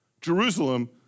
Jerusalem